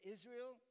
Israel